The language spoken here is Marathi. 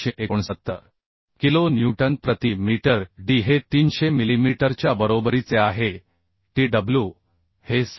369 किलो न्यूटन प्रति मीटर d हे 300 मिलीमीटरच्या बरोबरीचे आहे tw हे 6